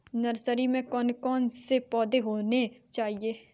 Nursery में कौन कौन से पौधे होने चाहिए?